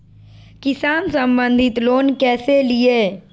किसान संबंधित लोन कैसै लिये?